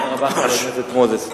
תודה רבה, חבר הכנסת מוזס.